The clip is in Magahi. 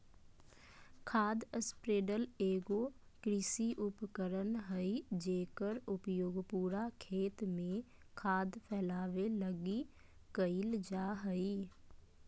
खाद स्प्रेडर एगो कृषि उपकरण हइ जेकर उपयोग पूरा खेत में खाद फैलावे लगी कईल जा हइ